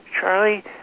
Charlie